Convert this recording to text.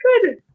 Good